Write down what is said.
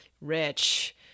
rich